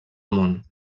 món